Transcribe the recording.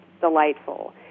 delightful